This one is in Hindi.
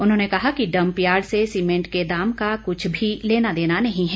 उन्होंने कहा कि डंप यार्ड से सीमेंट के दाम का कुछ भी लेना देना नहीं है